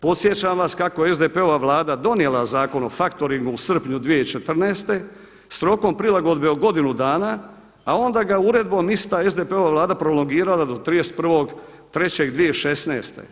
Podsjećam vas kako je SDP-ova vlada donijela Zakon o faktoringu u srpnju 2014. s rokom prilagodbe od godinu dana, a onda ga uredbom ista SDP-ova vlada prolongirala do 31.3.2016.